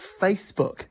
Facebook